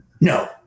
No